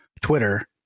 Twitter